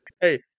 hey